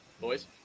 Boys